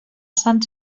sant